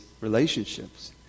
Relationships